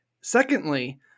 Secondly